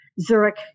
Zurich